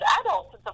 adults